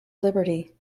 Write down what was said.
liberty